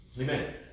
Amen